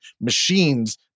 machines